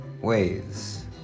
ways